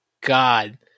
God